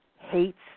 hates